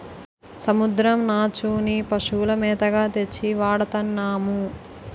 సముద్రం నాచుని పశువుల మేతగా తెచ్చి వాడతన్నాము